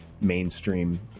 mainstream